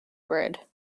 bread